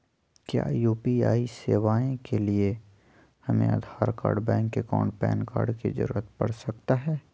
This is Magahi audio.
क्या यू.पी.आई सेवाएं के लिए हमें Aadhaar card bank account PAN card की जरूरत पड़ सकता है?